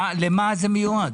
למה זה מיועד?